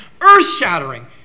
earth-shattering